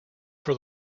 for